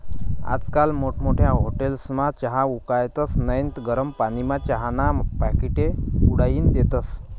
आजकाल मोठमोठ्या हाटेलस्मा चहा उकाळतस नैत गरम पानीमा चहाना पाकिटे बुडाईन देतस